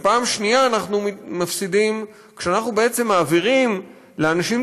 ופעם שנייה אנחנו מפסידים כשאנחנו מעבירים לאנשים